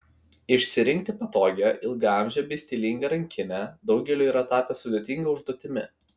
išsirinkti patogią ilgaamžę bei stilingą rankinę daugeliui yra tapę sudėtinga užduotimi